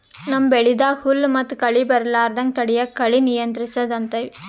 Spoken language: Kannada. ನಮ್ಮ್ ಬೆಳಿದಾಗ್ ಹುಲ್ಲ್ ಮತ್ತ್ ಕಳಿ ಬರಲಾರದಂಗ್ ತಡಯದಕ್ಕ್ ಕಳಿ ನಿಯಂತ್ರಸದ್ ಅಂತೀವಿ